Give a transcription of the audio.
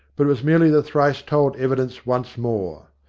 but it was merely the thrice told evidence once more.